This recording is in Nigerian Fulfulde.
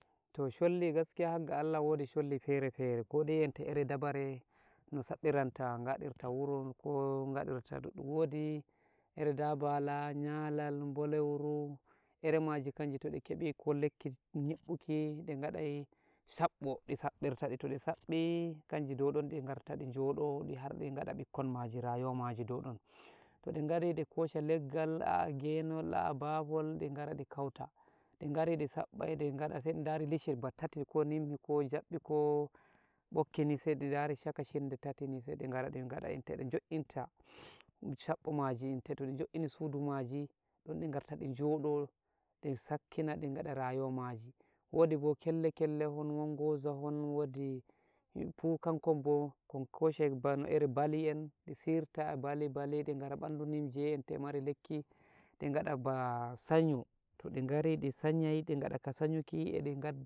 To sholli gaskiya haga Allah wodi sholli fere-fere kodai enta iri dabare no saɓɓiranta ngaɗirta wuro ko ngaɗirta ɗuɗɗum wodi iri dabala, nyalal, boleuru iri maji kanji to, di keɓi ko lekki nyiɓɓuki ɗi ngaɗai saɓɓo ɓi saɓɓrtadi toɗi saɓɓi kanji douɗon ɗi ngarta ɗi njodo har ɗi ngaɗa ɓikko maji rayuwa maji douɗon to ɗi ngaɗi ɗi kosha leggal ah ginol ah bafol ɗi ngara ɗi kauta toɗi ngari di saɓɓai di ngaɗa sai ɗari lishel ba tati ko nimhi ko jaɓɓi ko ɓokki nih sai ɗi ɗari shaka shinɗe tati ni sai ɗi ngara ɗi ngaɗa enta edɗ njo'inta shaɓɓo majitin to-toɗi njo'ini sudu maji ɗon ɗi ngarta ɗa njoɗo ɗi sakkina ɗi ngaɗa rayuwa maji wodi bo kelle-kellehon won ngozahon wodi pu kankon bo kon koshai bano iri bali en di sirta bali-bali ɗi ngara ɓandu nimje enta e mari lekki ɗi ngaɗa ba sanyo toɗi ngari ɗi sanyai ɗi kaɗaka sanyuki e ɗi